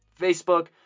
Facebook